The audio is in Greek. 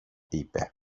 είπε